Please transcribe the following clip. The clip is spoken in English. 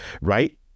right